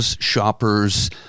shoppers